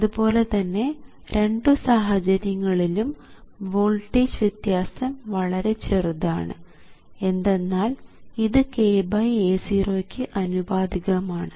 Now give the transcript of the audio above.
അതുപോലെതന്നെ രണ്ടു സാഹചര്യങ്ങളിലും വോൾട്ടേജ് വ്യത്യാസം വളരെ ചെറുതാണ് എന്തെന്നാൽ ഇത് kA0 ക്ക് അനുപാതികമാണ്